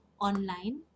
online